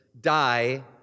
die